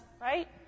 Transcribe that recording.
right